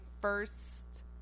first